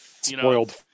spoiled